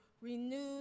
renewed